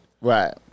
Right